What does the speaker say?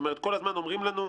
כלומר, כל הזמן אומרים לנו: